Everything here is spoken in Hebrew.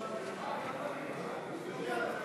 היושב-ראש מדבר